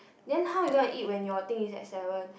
then how you gonna eat when your thing is at seven